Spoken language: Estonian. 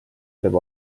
peab